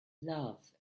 love